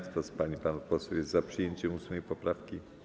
Kto z pań i panów posłów jest za przyjęciem 8. poprawki?